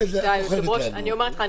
זה מאוד חשוב מה שאת אומרת עכשיו.